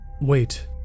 Wait